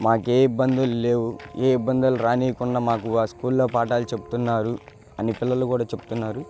మాకు ఏ ఇబ్బందులు లేవు ఏ ఇబ్బందులు రానివ్వకుండా మాకు ఆ స్కూల్లో పాఠాలు చెప్తున్నారు అని పిల్లలు కూడా చెప్తున్నారు